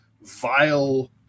vile